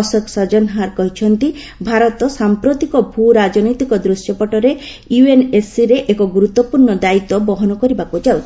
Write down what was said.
ଅଶୋକ ସଜନହାର କହିଛନ୍ତି ଭାରତ ସାମ୍ପ୍ରତିକ ଭୂ ରାଜନୈତିକ ଦୃଶ୍ୟପଟ୍ଟରେ ୟୁଏନ୍ଏସ୍ସିରେ ଏକ ଗୁରୁତ୍ୱପୂର୍ଣ୍ଣ ଦାୟିତ୍ୱ ବହନ କରିବାକୁ ଯାଉଛି